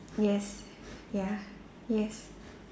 yes ya yes